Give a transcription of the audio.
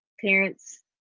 parents